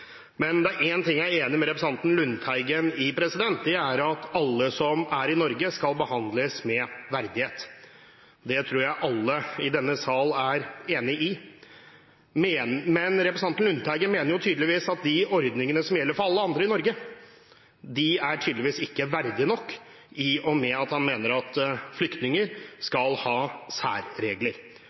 Men det er én ting jeg er enig med representanten Lundteigen i, og det er at alle som er i Norge, skal behandles med verdighet. Det tror jeg alle i denne sal er enig i. Men representanten Lundteigen mener tydeligvis at de ordningene som gjelder for alle andre i Norge, ikke er verdige nok, i og med at han mener at flyktninger skal ha særregler.